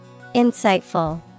Insightful